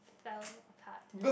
fell apart oh